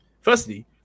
Firstly